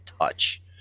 touch